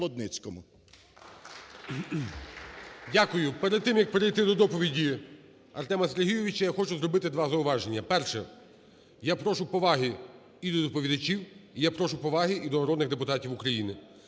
Перед тим, як перейти до доповіді Артема Сергійовича я хочу зробити два зауваження. Перше. Я прошу поваги і до доповідачів і я прошу поваги і до народних депутатів України.